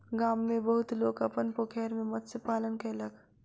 गाम में बहुत लोक अपन पोखैर में मत्स्य पालन कयलक